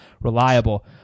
reliable